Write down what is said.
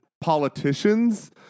politicians